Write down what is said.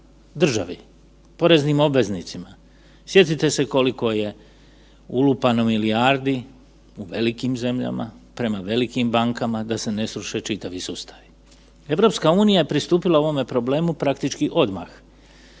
Državi, poreznim obveznicima. Sjetite se koliko je ulupano milijardi u velikim zemljama, prema velikim bankama, da se ne sruše čitavi sustavi. EU pristupila je ovome problemu praktički odmah.